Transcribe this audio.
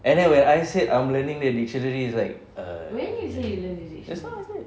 and then when I said I'm learning the dictionary it's like err just now I said